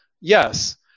Yes